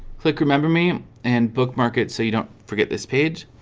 click remember me and bookmark it so you don't forget this page